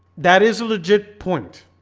that is a legit point,